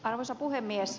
arvoisa puhemies